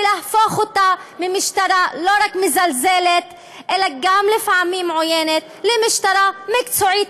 ולהפוך אותה ממשטרה לא רק מזלזלת אלא גם לפעמים עוינת למשטרה מקצועית.